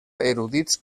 erudits